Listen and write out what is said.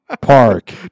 park